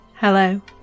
Hello